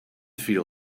feel